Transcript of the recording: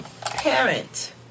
parent